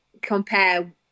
compare